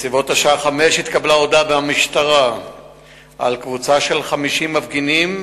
בסביבות השעה 17:00 התקבלה הודעה במשטרה על קבוצה של 50 מפגינים,